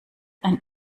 ein